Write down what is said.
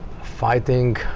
fighting